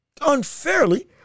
unfairly